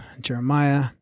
Jeremiah